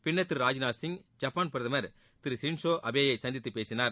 பிள்ளர் Thiru Rajnath Singh Japan பிரதமர் Thiru Shinzo அபேவை சந்தித்துப் பேசினார்